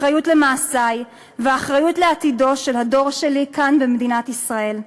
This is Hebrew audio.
אחריות למעשי ואחריות לעתידו של הדור שלי כאן במדינת ישראל.